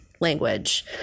language